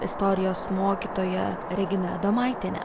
istorijos mokytoja regina adomaitienė